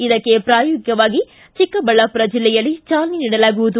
ಇದಕ್ಕೆ ಪ್ರಾಯೋಗಿಕವಾಗಿ ಚಿಕ್ಕಬಳ್ಳಾಪುರ ಜೆಲ್ಲೆಯಲ್ಲಿ ಚಾಲನೆ ನೀಡಲಾಗುವುದು